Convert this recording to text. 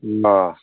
ꯑꯣ